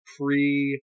pre